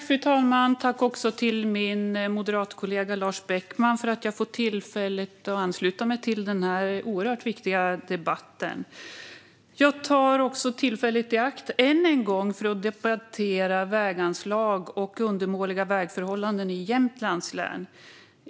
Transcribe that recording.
Fru talman! Tack till min moderatkollega Lars Beckman för att jag får tillfälle att ansluta mig till denna oerhört viktiga debatt! Jag tar tillfället i akt att än en gång debattera väganslag och undermåliga vägförhållanden i Jämtlands län.